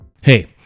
Hey